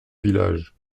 village